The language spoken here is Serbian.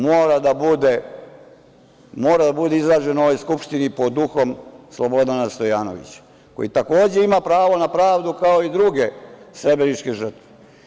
Mora da bude izražen u ovoj skupštini pod uhom Slobodana Stojanovića, koji takođe ima pravo na pravdu, kao i druge srebreničke žrtve.